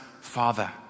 Father